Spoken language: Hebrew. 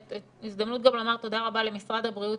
זו גם הזדמנות לומר תודה רבה למשרד הבריאות